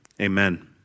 amen